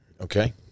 Okay